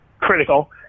critical